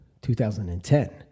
2010